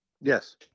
Yes